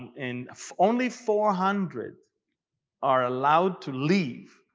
and only four hundred are allowed to leave.